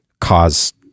cause